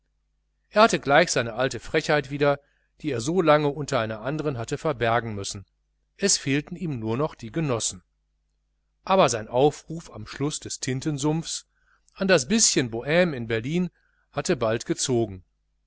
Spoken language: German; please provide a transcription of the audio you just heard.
er hatte gleich seine alte frechheit wieder die er so lange unter einer anderen hatte verbergen müssen es fehlten ihm nur noch die genossen aber sein aufruf am schluß des tintensumpfs an das bischen bohme in berlin hatte bald gezogen